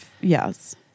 yes